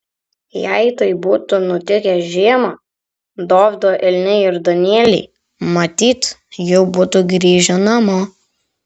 jei tai būtų nutikę žiemą dovydo elniai ir danieliai matyt jau būtų grįžę namo